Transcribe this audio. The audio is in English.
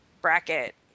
bracket